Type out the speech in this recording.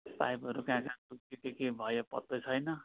पाइपहरू कहाँ कहाँ छ को के के भयो पत्तो छैन